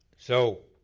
so,